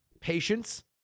patience